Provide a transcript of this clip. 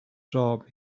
job